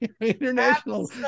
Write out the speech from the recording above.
international